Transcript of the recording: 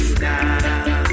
now